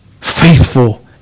Faithful